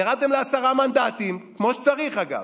ירדתם לעשרה מנדטים, כמו שצריך, אגב,